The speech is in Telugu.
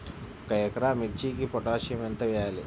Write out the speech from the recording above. ఒక ఎకరా మిర్చీకి పొటాషియం ఎంత వెయ్యాలి?